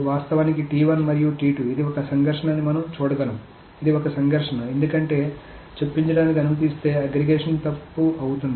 వాస్తవానికి మరియు ఇది ఒక సంఘర్షణ అని మనం చూడగలం ఇది ఒక సంఘర్షణ ఎందుకంటే చొప్పించడానికి అనుమతిస్తే అగ్రిగేషన్ తప్పు అవుతుంది